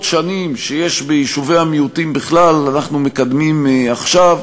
שנים שיש ביישובי המיעוטים בכלל אנחנו מקדמים עכשיו,